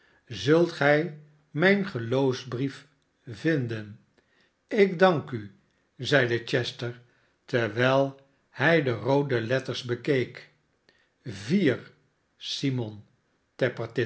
zult gij mijn geloofsbrief vinden lk dank u zeide chester terwijl hij de roode letters bekeek vier simon